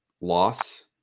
loss